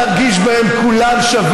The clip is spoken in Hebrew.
כולם צריכים להרגיש בהם שווים.